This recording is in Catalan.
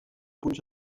punts